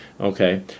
Okay